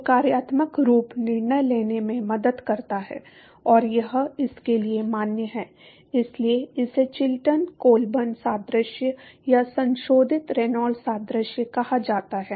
तो कार्यात्मक रूप निर्णय लेने में मदद करता है और यह इसके लिए मान्य है इसलिए इसे चिल्टन कोलबर्न सादृश्य या संशोधित रेनॉल्ड्स सादृश्य कहा जाता है